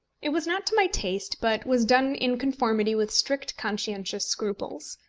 it was not to my taste, but was done in conformity with strict conscientious scruples.